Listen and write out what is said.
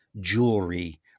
jewelry